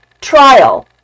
Trial